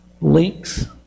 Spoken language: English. links